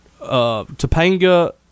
Topanga